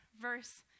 verse